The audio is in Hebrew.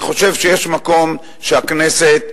אני חושב שיש מקום שהכנסת תדון,